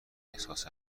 احساس